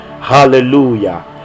hallelujah